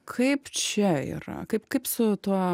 kaip čia yra kaip kaip su tuo